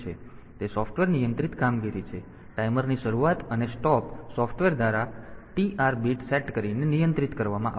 તેથી તે સોફ્ટવેર નિયંત્રિત કામગીરી છે ટાઈમરની શરૂઆત અને સ્ટોપ સોફ્ટવેર દ્વારા TR બીટ સેટ કરીને નિયંત્રિત કરવામાં આવશે